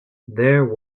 there